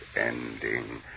ending